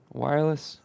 wireless